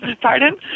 Pardon